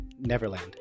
Neverland